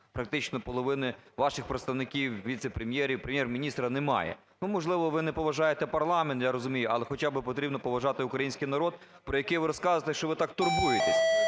практично половини ваших представників – віце-прем'єрів, Прем'єр-міністра – немає. Ну, можливо, ви не поважаєте парламент, я розумію, але хоча би потрібно поважати український народ, про який ви розказуєте, що ви так турбуєтесь.